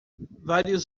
vários